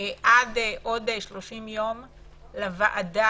עד עוד 30 יום לוועדה,